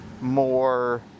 more